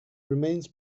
remains